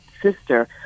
sister